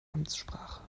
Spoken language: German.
amtssprache